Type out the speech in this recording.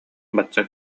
бачча